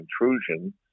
intrusion